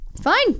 fine